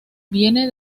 viene